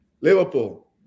Liverpool